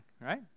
right